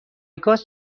گاز